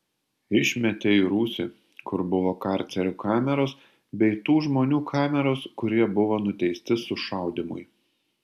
išmetė į rūsį kur buvo karcerių kameros bei tų žmonių kameros kurie buvo nuteisti sušaudymui